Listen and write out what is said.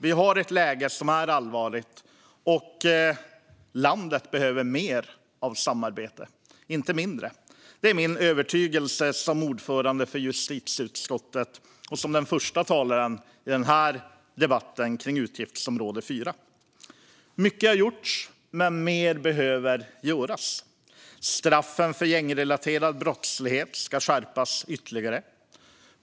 Vi har ett läge som är allvarligt, och landet behöver mer av samarbete, inte mindre. Det är min övertygelse som ordförande för justitieutskottet och som första talare i debatten om utgiftsområde 4. Mycket har gjorts, men mer behöver göras. Straffen för gängrelaterad brottslighet ska skärpas ytterligare.